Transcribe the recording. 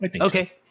Okay